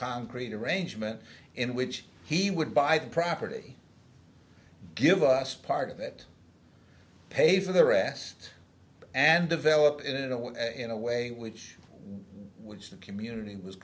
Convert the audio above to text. concrete arrangement in which he would buy the property give us part of it pay for the rest and develop it i want in a way which which the community was